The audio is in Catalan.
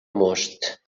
most